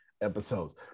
episodes